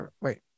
wait